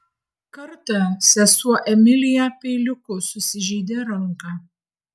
kartą sesuo emilija peiliuku susižeidė ranką